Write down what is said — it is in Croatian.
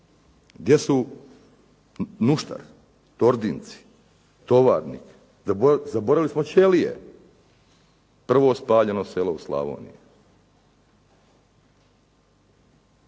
Gdje su Nuštar, Tordinci, Tovarnik? Zaboravili smo Ćelije, prvo spaljeno selo u Slavoniji.